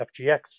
FGX